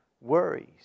worries